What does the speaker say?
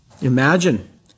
Imagine